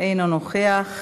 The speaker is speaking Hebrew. אינו נוכח.